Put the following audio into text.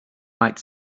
might